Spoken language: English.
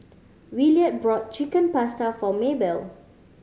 Williard brought Chicken Pasta for Maebell